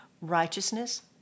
Righteousness